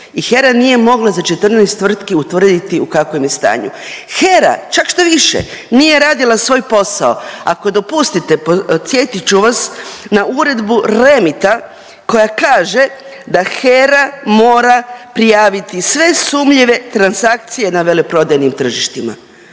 I HERA nije mogla za 14 tvrtki utvrditi u kakvom je stanju. HERA čak štoviše nije radila svoj posao. Ako dopustite podsjetit ću vas na Uredbu REMIT-a koja kaže da HERA mora prijaviti sve sumnjive transakcije na veleprodajnim tržištima.